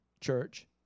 church